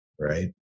right